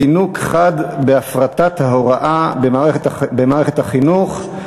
זינוק חד בהפרטת ההוראה במערכת החינוך,